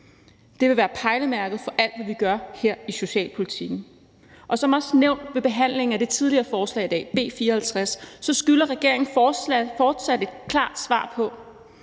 Det vil være pejlemærket for alt, hvad vi gør i socialpolitikken. Som også nævnt ved behandlingen af det tidligere forslag i dag, B 54, skylder regeringen fortsat et klart svar på,